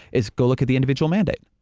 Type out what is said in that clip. is go look at the individual mandate.